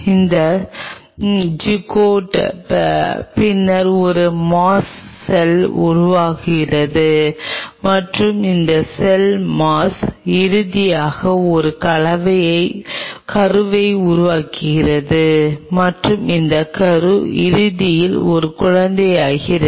இந்த ஜிகோட் பின்னர் ஒரு மாஸ் செல் உருவாக்குகிறது மற்றும் இந்த செல் மாஸ் இறுதியில் ஒரு கருவை உருவாக்குகிறது மற்றும் இந்த கரு இறுதியில் ஒரு குழந்தையாகிறது